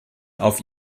auf